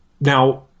now